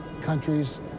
countries